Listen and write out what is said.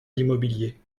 d’immobilier